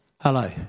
Hello